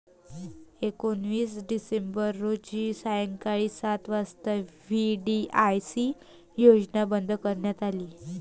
एकोणीस डिसेंबर रोजी सायंकाळी सात वाजता व्ही.डी.आय.सी योजना बंद करण्यात आली